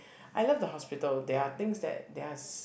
I love the hospital there are things that there are s~